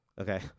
Okay